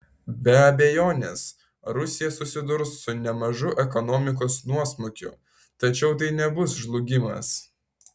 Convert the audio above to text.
be abejonės rusija susidurs su nemažu ekonomikos nuosmukiu tačiau tai nebus žlugimas